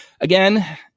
again